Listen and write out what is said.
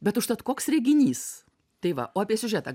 bet užtat koks reginys tai va o apie siužetą